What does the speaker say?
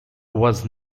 was